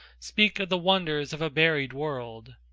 speak of the wonders of a buried world.